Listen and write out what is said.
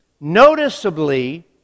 Noticeably